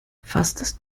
fastest